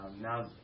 Now